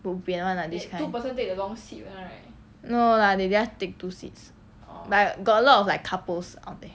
bo bian [one] lah this kind no lah they just take two seats but got a lot of like couples out eh